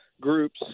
groups